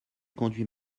conduis